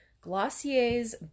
Glossier's